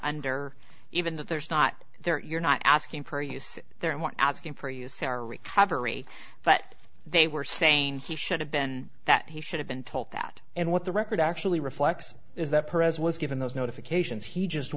under even that there's not there you're not asking for a use there and we're asking for use our recovery but they were saying he should have been that he should have been told that and what the record actually reflects is that pres was given those notifications he just